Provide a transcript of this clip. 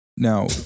Now